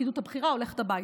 הפקידות הבכירה הולכת הביתה.